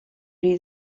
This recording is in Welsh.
rhy